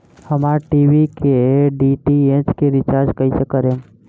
हमार टी.वी के डी.टी.एच के रीचार्ज कईसे करेम?